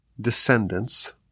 descendants